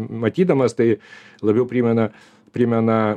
matydamas tai labiau primena primena